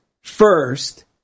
first